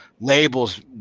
labels